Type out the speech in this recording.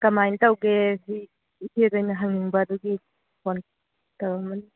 ꯀꯃꯥꯏ ꯇꯧꯒꯦ ꯏꯆꯦꯗ ꯑꯣꯏꯅ ꯍꯪꯅꯤꯡꯕ ꯑꯗꯨꯒꯤ ꯐꯣꯟ ꯇꯧꯔꯛꯑꯝꯕꯅꯤ